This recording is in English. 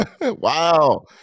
wow